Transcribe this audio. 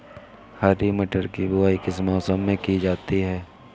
हरी मटर की बुवाई किस मौसम में की जाती है?